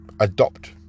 adopt